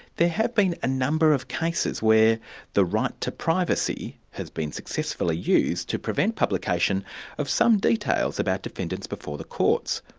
have been a number of cases where the right to privacy has been successfully used to prevent publication of some details about defendants before the courts,